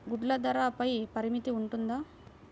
గుడ్లు ధరల పై పరిమితి ఉంటుందా?